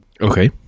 okay